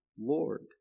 Lord